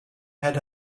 had